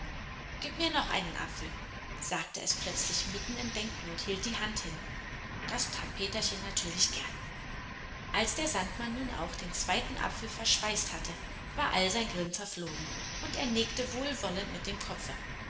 gib mir noch einen apfel sagte es plötzlich mitten im denken und hielt die hand hin das tat peterchen natürlich gern als der sandmann nun auch den zweiten apfel verspeist hatte war all sein grimm verflogen und er nickte wohlwollend mit dem kopfe